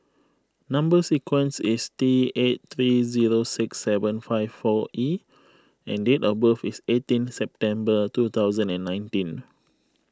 Number Sequence is T eight three zero six seven five four E and date of birth is eighteen September two thousand and nineteen